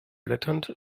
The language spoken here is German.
blätternd